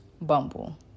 Bumble